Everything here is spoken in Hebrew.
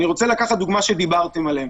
אני רוצה לקחת דוגמה שדיברתם עליה.